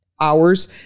hours